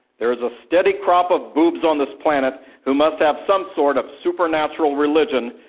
there is a steady crop of boobs on this planet who must have some sort of supernatural religion,